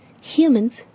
Humans